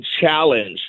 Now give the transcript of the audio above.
challenge